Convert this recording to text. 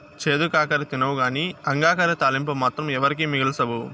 చేదు కాకర తినవుగానీ అంగాకర తాలింపు మాత్రం ఎవరికీ మిగల్సవు